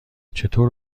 چطور